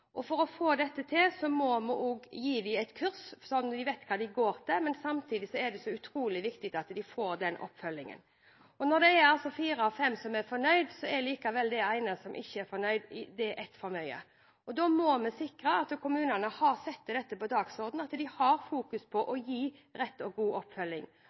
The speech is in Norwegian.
fosterforeldre. For å få dette til må vi også gi dem kurs så de vet hva de går til. Samtidig er det utrolig viktig at de får oppfølging. Når det er fire av fem som er fornøyd, er allikevel den ene som ikke er førnøyd, én for mye. Da må vi sikre at kommunene setter dette på dagsordenen, at de fokuserer på å gi rett og god oppfølging.